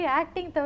acting